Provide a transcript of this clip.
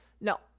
No